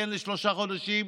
כן לשלושה חודשים,